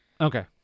Okay